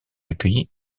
accueilli